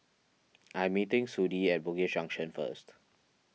I am meeting Sudie at Bugis Junction first